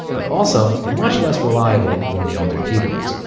but also much less reliable than the older keyboards.